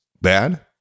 bad